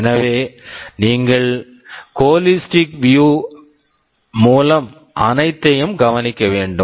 எனவே நீங்கள் holistic view holistic view மூலம் அனைத்தையும் கவனிக்க வேண்டும்